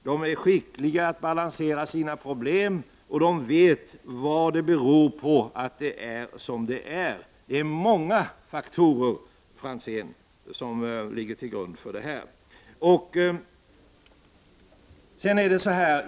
De är skickliga att balansera sina problem, och de vet vad det beror på att situationen är som den är. Det är många faktorer, Ivar Franzén, som ligger till grund för det.